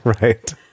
Right